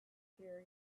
here